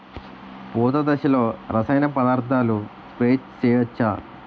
పూత దశలో రసాయన పదార్థాలు స్ప్రే చేయచ్చ?